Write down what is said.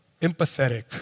empathetic